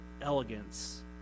elegance